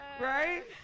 right